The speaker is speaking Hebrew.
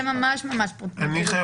אני חושב